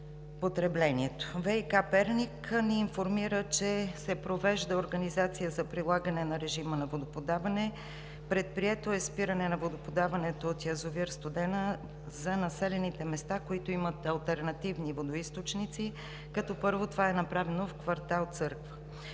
ВиК – Перник, ни информира, че се провежда организация за прилагане на режима за водоподаване. Предприето е спиране на водоподаването от язовир „Студена“ за населените места, които имат алтернативни водоизточници, като това е направено първо в квартал „Църква“.